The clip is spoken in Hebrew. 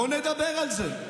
בוא נדבר על זה.